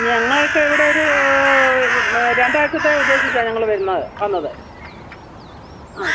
ഞങ്ങള്ക്കിവിടെ ഒരു രണ്ടാഴ്ച്ചത്തെ ഉദ്ദേശിച്ചത് ഞങ്ങൾ വരുന്നത് വന്നത് ആ